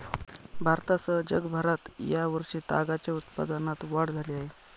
भारतासह जगभरात या वर्षी तागाच्या उत्पादनात वाढ झाली आहे